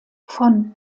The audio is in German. von